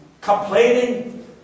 complaining